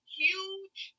huge